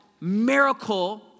miracle